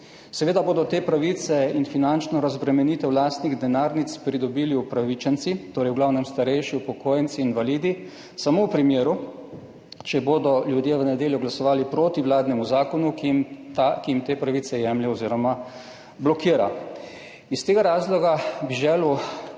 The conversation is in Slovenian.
Seveda bodo te pravice in finančno razbremenitev lastnih denarnic pridobili upravičenci, torej v glavnem starejši, upokojenci, invalidi, samo v primeru, če bodo ljudje v nedeljo glasovali proti vladnemu zakonu, ki jim te pravice jemlje oziroma blokira. Zato bi želel konkreten